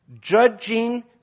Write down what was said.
judging